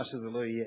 מה שזה לא יהיה.